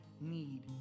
need